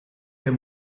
der